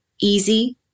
easy